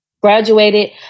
graduated